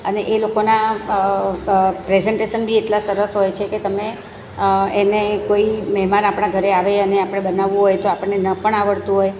અને એ લોકોના પ્રેઝન્ટેશન બી એટલા સરસ હોય છે કે તમે એને કોઈ મહેમાન આપણા ઘરે આવે અને આપણે બનાવું હોય તો આપણને ન પણ આવડતું હોય